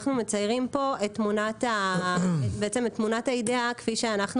אנחנו מציירים פה את תמונת האידאה כפי שאנחנו